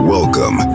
Welcome